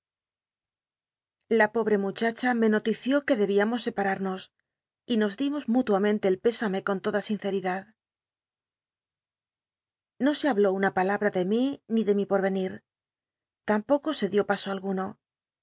la obt'c muchacha me notició c uc debíamos scpatarnos y nos dimos mútuamanla el pésame con toda sinccl'idad no se habló una palabra ele mí ni de mi pot'l'e nir tampoco se dió paso alguno